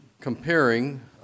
comparing